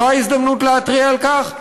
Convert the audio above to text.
זו ההזדמנות להתריע על כך,